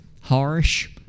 Harsh